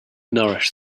nourish